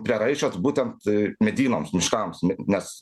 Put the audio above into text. prieraišios būtent medynams miškams nes